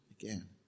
again